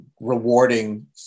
Rewarding